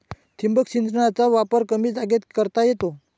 ठिबक सिंचनाचा वापर कमी जागेत करता येतो